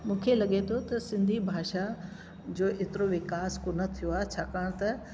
मूंखे लॻे थो त सिंधी भाषा जो एतिरो विकास कोन्ह थियो आहे छाकाणि त